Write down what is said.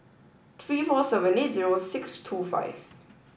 three four seven eight zero six two five